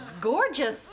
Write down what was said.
gorgeous